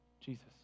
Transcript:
Jesus